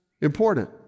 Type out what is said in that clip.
important